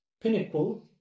pinnacle